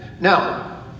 Now